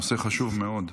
נושא חשוב מאוד.